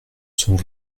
sont